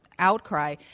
Outcry